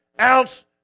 ounce